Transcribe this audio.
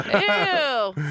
Ew